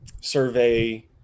survey